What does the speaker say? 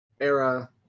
era